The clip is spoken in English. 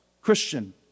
Christian